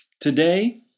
Today